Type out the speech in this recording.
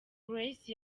grace